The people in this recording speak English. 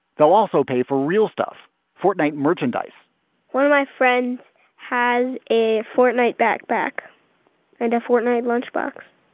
they'll also pay for real stuff fortnight merchandise one of my friends has a fortnight back, back and a fortnight lunchbox.